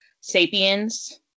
Sapiens